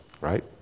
right